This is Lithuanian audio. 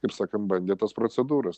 kaip sakan bandė tas procedūras